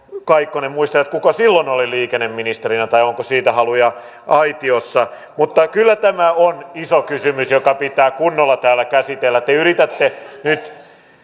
kaikkonen muistella kuka silloin oli liikenneministerinä tai onko siihen haluja aitiossa mutta kyllä tämä on iso kysymys joka pitää kunnolla täällä käsitellä te yritätte nyt